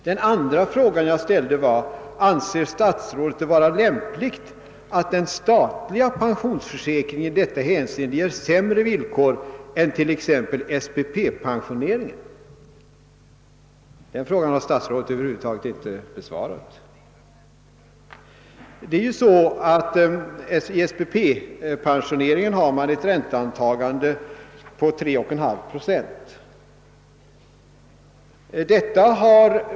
Den andra frågan löd så: >Anser statsrådet det vara lämpligt att den statliga pensionsförsäkringen i detta hänseende ger sämre villkor än t.ex. SPP-pensioneringen?» Den frågan har statsrådei över huvud taget inte besvarat. I SPP-pensioneringen har man ett ränteantagande på 3,9 procent.